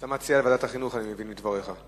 אז אתה מציע ועדת החינוך, אני מבין מדבריך.